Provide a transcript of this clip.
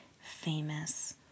famous